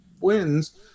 wins